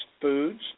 foods